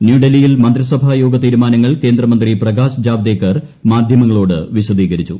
ന്യൂഡൽഹിയിൽ മന്ത്രിസഭായോഗ തീരുമാനങ്ങൾ കേന്ദ്രമന്ത്രി പ്രകാശ് ജാവ്ദേകർ മാധ്യമങ്ങളോട് വിശദീകരിച്ചു